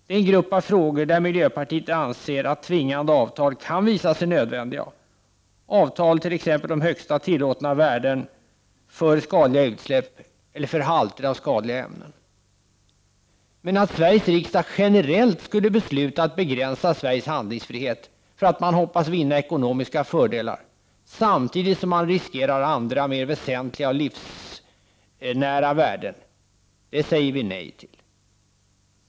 Detta är frågor där miljöpartiet anser att tvingande avtal kan visa sig nödvändiga, avtal t.ex. om högsta tillåtna värden för skadliga utsläpp eller 113 för halter av skadliga ämnen. Att Sveriges riksdag generellt skulle besluta att begränsa Sveriges handlingsfrihet, därför att man hoppas vinna ekonomiska fördelar samtidigt som man riskerar andra mera väsentliga livsnära värden, säger vi nej till.